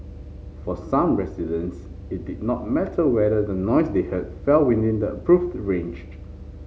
for some residents it did not matter whether the noise they heard fell within the approved ranged